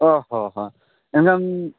ᱚ ᱦᱚᱸ ᱦᱮᱸ ᱮᱱᱠᱷᱟᱱ